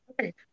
Okay